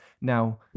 Now